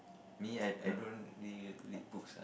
me I I don't really read books ah